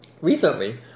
Recently